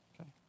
Okay